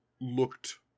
looked